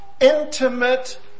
intimate